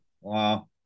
Wow